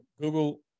Google